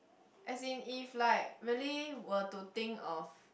as in if like really were to think of